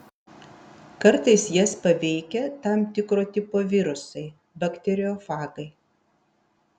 kartais jas paveikia tam tikro tipo virusai bakteriofagai